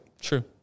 True